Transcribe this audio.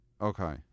Okay